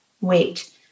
wait